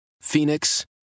Phoenix